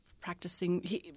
practicing